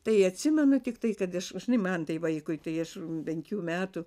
tai atsimenu tiktai kad aš žinai man tai vaikui tai aš penkių metų